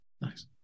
nice